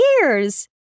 years